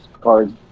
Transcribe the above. cards